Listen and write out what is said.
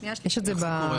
את הטיוטה לדיון, אנחנו נתייחס